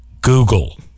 Google